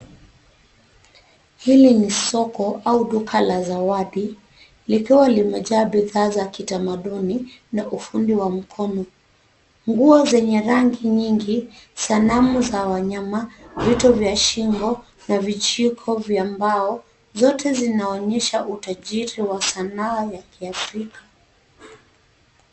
Hili ni soko au duka la zawadi, likiwa limejaa bidhaa za kitamaduni na ufundi wa mkono. Nguo zenye rangi nyingi, sanamu za wanyama, vito vya shingo, na vijiko vya mbao, zote zinaonyesha utajiri wa sanaa ya Kiafrika.